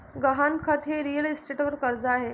गहाणखत हे रिअल इस्टेटवर कर्ज आहे